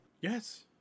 Yes